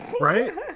right